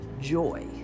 joy